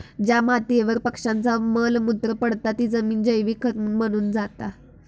ज्या मातीयेवर पक्ष्यांचा मल मूत्र पडता ती जमिन जैविक खत बनून जाता